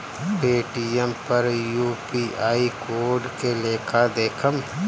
Paytm पर UPI code के लेखा देखम?